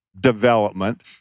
development